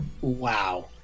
Wow